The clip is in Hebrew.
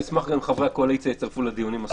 נשמח אם גם חברי הקואליציה יצטרפו לדיונים,